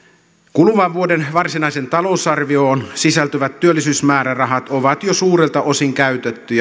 kuluvan vuoden varsinaiseen talousarvioon sisältyvät työllisyysmäärärahat on jo suurelta osin käytetty